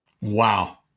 Wow